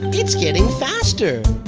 it's getting faster.